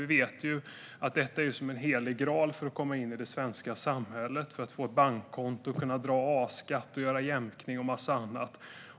Vi vet att detta är som en helig graal när det gäller att komma in i det svenska samhället, få ett bankkonto, kunna dra A-skatt, göra jämkning och en massa annat.